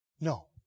No